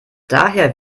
daher